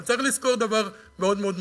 אבל צריך לזכור דבר מאוד מאוד משמעותי: